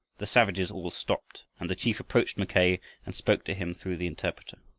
the savages all stopped, and the chief approached mackay and spoke to him through the interpreter.